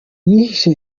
yihishe